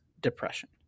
depression